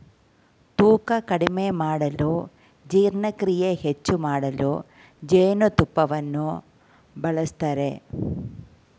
ತೂಕ ಕಡಿಮೆ ಮಾಡಲು ಜೀರ್ಣಕ್ರಿಯೆ ಹೆಚ್ಚು ಮಾಡಲು ಜೇನುತುಪ್ಪವನ್ನು ಬಳಸ್ತರೆ